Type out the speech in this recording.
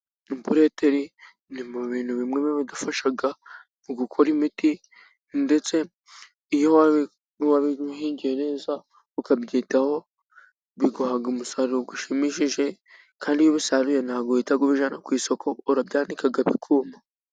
Ipureteri ni mu bintu bimwe bidufasha mu gukora imiti, ndetse iyo wari wabihingiye neza, ukabyitaho, biguha umusaruro ushimishije, kandi iyo ubisaruye ntabwo uhita ubijyana ku isoko, urabyandika bikuma.